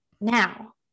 Now